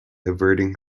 averting